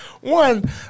One